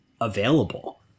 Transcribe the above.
available